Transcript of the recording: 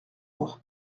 mois